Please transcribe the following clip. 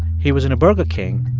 he was in a burger king,